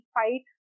fight